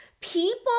people